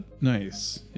Nice